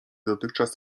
dotychczas